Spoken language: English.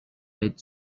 bed